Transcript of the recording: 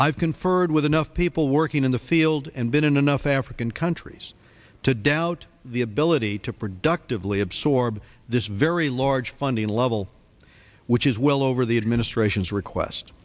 have conferred with enough people working in the field and been in enough african countries to doubt the ability to productively absorb this very large funding level which is well over the administration's request